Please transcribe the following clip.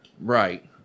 Right